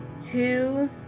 two